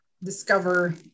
discover